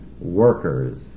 workers